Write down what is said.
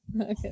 Okay